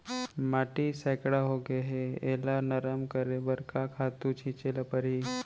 माटी सैकड़ा होगे है एला नरम करे बर का खातू छिंचे ल परहि?